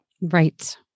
Right